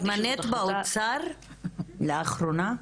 התמנית באוצר לאחרונה?